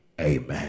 Amen